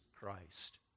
Christ